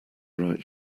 write